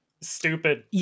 stupid